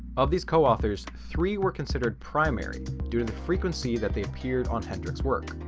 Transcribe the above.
of these co-authors three were considered primary due to the frequency that they appeared on hendrik's work.